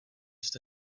jste